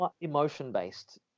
emotion-based